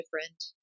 different